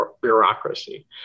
bureaucracy